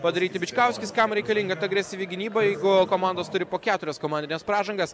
padaryti bičkauskis kam reikalinga ta agresyvi gynyba jeigu komandos turi po keturias komandines pražangas